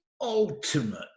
ultimate